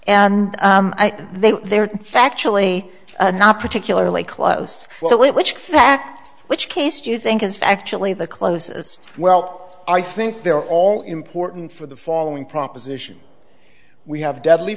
were they were factually not particularly close which fact which case do you think is actually the closest well i think they're all important for the following proposition we have deadly